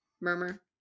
Murmur